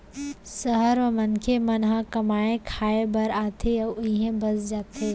सहर म मनखे मन ह कमाए खाए बर आथे अउ इहें बस जाथे